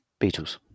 Beatles